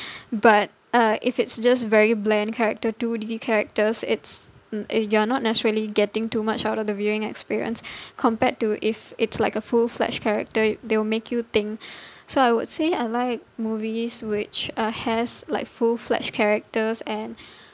but uh if it's just very bland character two D characters it's eh you are not naturally getting too much out of the viewing experience compared to if it's like a full-fledged character they will make you think so I would say I like movies which uh has like full-fledged characters and